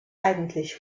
eigentlich